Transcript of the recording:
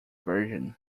version